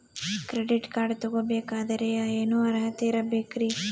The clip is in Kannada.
ಕ್ರೆಡಿಟ್ ಕಾರ್ಡ್ ತೊಗೋ ಬೇಕಾದರೆ ಏನು ಅರ್ಹತೆ ಇರಬೇಕ್ರಿ?